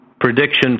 prediction